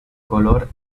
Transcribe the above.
color